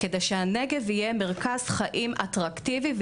כדי שהנגב יהיה מרכז חיים אטרקטיבי.